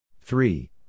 three